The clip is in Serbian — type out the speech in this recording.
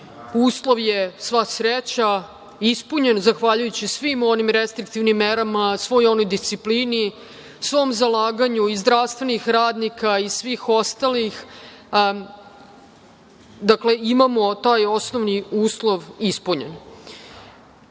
uslov je, sva sreća ispunjen, zahvaljujući svim onim restriktivnim merama, svoj onoj disciplini, svom zalaganju i zdravstvenih radnika i svih ostalih. Dakle, imamo taj osnovni uslov ispunjen. Od